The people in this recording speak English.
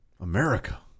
America